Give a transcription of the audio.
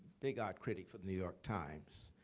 big art critic for the new york times.